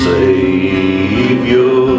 Savior